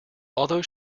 although